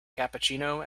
cappuccino